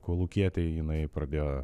kolūkietei jinai pradėjo